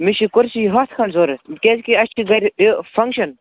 مےٚ چھِ کُرسی ہَتھ کھنٛڈ ضروٗرت کیٛازِکہِ اَسہِ چھ گَرِ یہِ فَنٛگشَن